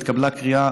התקבלה קריאה